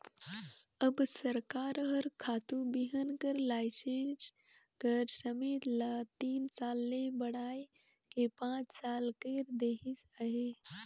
अब सरकार हर खातू बीहन कर लाइसेंस कर समे ल तीन साल ले बढ़ाए के पाँच साल कइर देहिस अहे